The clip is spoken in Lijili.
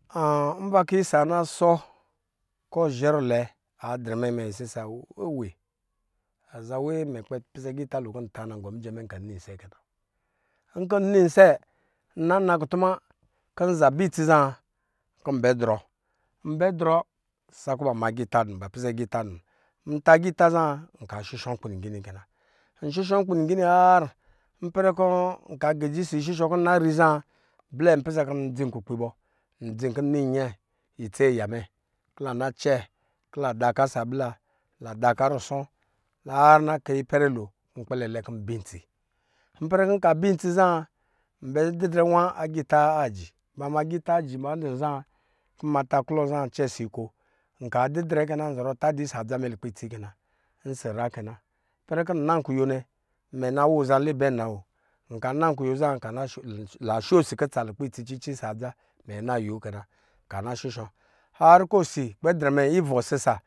nva kɔ isa na sɔ kɔ zhɛrulwɛ adrɛmɛ isisa weɛwe azaa we kɔ inuz kpɛ pisɛ agita lo kɔ ntan na ngɔ mijɛ mɛ nna isɛ kɛ na, nkɔ nna isɛ nna na ku tuma kɔ nza bɛ itsi zaa kɔ nbɛ drɔ nbɛ drɔ sakɔ ba ma agita dɔ ba pisɛ agita dɔ nta agita za nka shushɔ kɛna nshushɔ nkpi lingini har ipɛrɛ kɔ nka gezi ɔsɔ ishushɔ kɔ nna ri zaa blɛ ndɔ pisɛ kɔ ndzi kukpi bɔ ndzi kɔ nnan itsi aya mɛ kɔ la na cɛ kɔ la da ka ɔsɔ ablila la daka rusɔ har na kayi ipɛrɛ lo kɔ nkpɛlɛ lɛ kɔ nbir itsi, ipɛrɛ kɔ nka bentsi za ndidrɛ nwa agita aji ba ma agita aji ma dɔn zaa kɔ nma tā klɔ za ncɛ si ko n didrɛ kɛna nzɔrɔ tadi ɔsɔ adza mɛ lukpɛ itsi kɛna ɔsɔ nyra kɛna, ipɛrɛ kɔ nna kuyo nɛ awo azaa nla ibɛ na wo nka na kuyo zaa lasho osi kutsa lukpɛ itsi cici ɔsɔ adza mɛ nan kuyo kɛna kana shushɔ har kɔ osi akpɛ drɛm ivɔ sisa